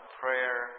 prayer